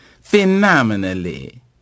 phenomenally